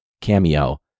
cameo